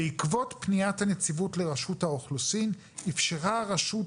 בעקבות פניית הנציבות לרשות האוכלוסין איפשרה הרשות